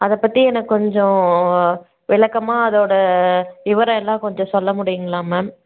அதைப் பற்றி எனக்கு கொஞ்சம் விளக்கமாக அதோடய விவரம் எல்லாம் கொஞ்சம் சொல்ல முடியுங்களா மேம்